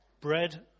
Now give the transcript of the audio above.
Bread